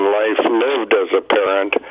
life-lived-as-a-parent